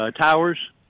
Towers